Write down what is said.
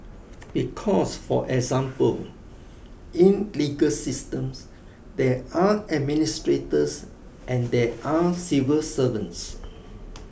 because for example in legal systems there are administrators and there are civil servants